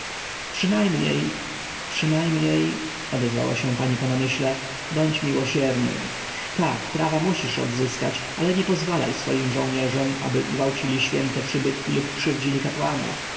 przynajmniej przynajmniej odezwała się pani po namyśle bądź miłosierny tak prawa musisz odzyskać ale nie pozwalaj swoim żołnierzom aby gwałcili święte przybytki lub krzywdzili kapłanów